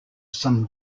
some